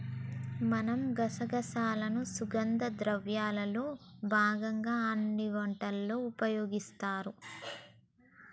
మనం గసగసాలను సుగంధ ద్రవ్యాల్లో భాగంగా అన్ని వంటకాలలో ఉపయోగిస్తారు